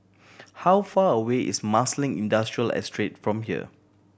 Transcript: how far away is Marsiling Industrial Estate from here